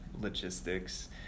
logistics